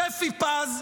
שפי פז,